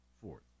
fourth